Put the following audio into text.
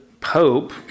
Pope